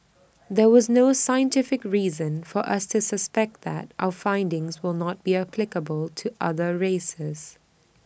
there was no scientific reason for us to suspect that our findings will not be applicable to other races